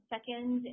Second